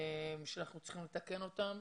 כאלה שאנחנו צריכים לתקן אותם,